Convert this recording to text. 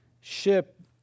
ship